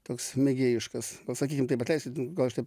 toks mėgėjiškas o sakykim taip atleiskit nu gal aš taip